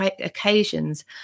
occasions